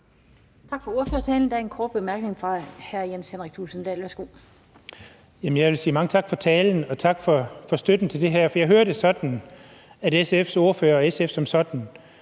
Henrik Thulesen Dahl. Værsgo. Kl. 18:10 Jens Henrik Thulesen Dahl (DF): Jeg vil sige mange tak for talen, og tak for støtten til det her. Jeg hørte det sådan, at SF's ordfører og SF som sådan